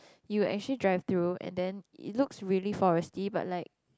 you actually drive through and then it looks really forestry but like